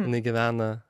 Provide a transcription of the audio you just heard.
jinai gyvena